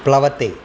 प्लवते